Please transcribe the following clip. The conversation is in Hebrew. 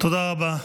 תודה רבה.